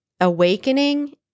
awakening